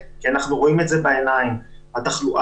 ואתה יודע